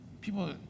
People